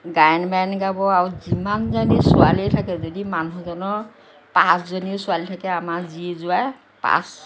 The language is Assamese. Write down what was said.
গায়ন বায়ন গাব আৰু যিমানজনী ছোৱালী থাকে যদি মানুহজনৰ পাঁচজনী ছোৱালী থাকে আমাৰ জী জোঁৱাই পাঁচ